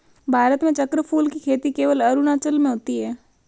भारत में चक्रफूल की खेती केवल अरुणाचल में होती है